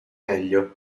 meglio